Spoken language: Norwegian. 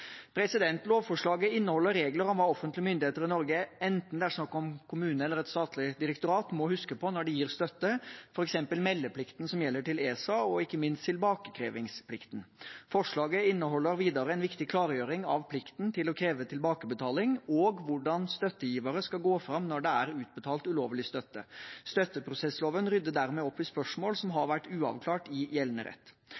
Lovforslaget inneholder regler om hva offentlige myndigheter i Norge, enten det er snakk om kommune eller et statlig direktorat, må huske på når de gir støtte, f.eks. meldeplikten som gjelder til ESA, og ikke minst tilbakekrevingsplikten. Forslaget inneholder videre en viktig klargjøring av plikten til å kreve tilbakebetaling, og hvordan støttegivere skal gå fram når det er utbetalt ulovlig støtte. Støtteprosessloven rydder dermed opp i spørsmål som